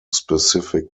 specific